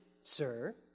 Sir